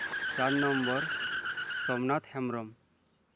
ᱪᱟᱨ ᱱᱚᱢᱵᱚᱨ ᱥᱳᱢᱱᱥᱟᱛᱷ ᱦᱮᱢᱨᱚᱢ